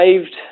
saved